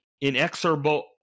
inexorable